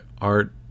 Art